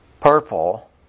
purple